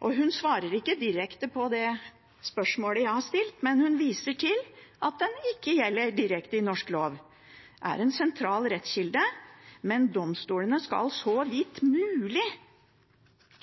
Hun svarer ikke direkte på det spørsmålet jeg har stilt, men hun viser til at den ikke gjelder direkte i norsk lov – den er en sentral rettskilde, men domstolene skal så vidt mulig